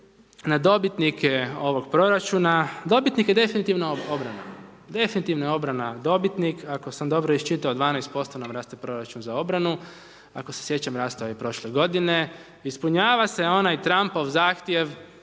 na dobitnike ovog proračuna, dobitnik je definitivno obrana, definitivno je obrana dobitnik, ako sam dobro iščitao 12% nam raste proračun za obranu, ako se sjećam rastao je i prošle godine, ispunjava se onaj Trumpov zahtjev